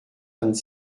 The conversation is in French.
vingt